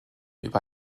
über